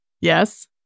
Yes